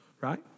right